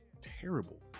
terrible